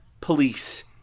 Police